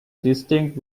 distinct